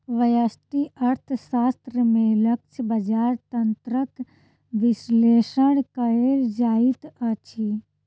व्यष्टि अर्थशास्त्र में लक्ष्य बजार तंत्रक विश्लेषण कयल जाइत अछि